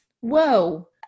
whoa